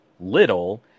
little